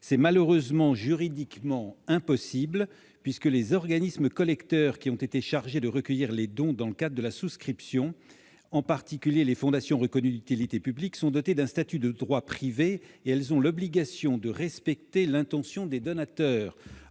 C'est malheureusement juridiquement impossible, puisque les organismes collecteurs chargés de recueillir les dons dans le cadre de la souscription, en particulier les fondations reconnues d'utilité publique, sont dotés d'un statut de droit privé et ont l'obligation de respecter l'intention des donateurs.